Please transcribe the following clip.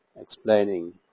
explaining